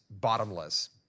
bottomless